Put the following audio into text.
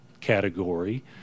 category